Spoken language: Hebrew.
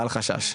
אל חשש.